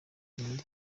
ninde